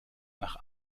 nach